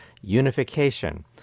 unification